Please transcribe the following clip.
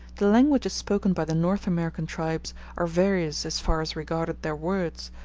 the languages spoken by the north american tribes are various as far as regarded their words,